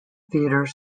theatre